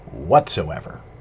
whatsoever